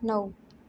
नऊ